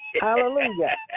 Hallelujah